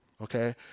okay